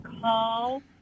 call